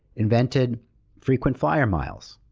invented frequent flyer miles.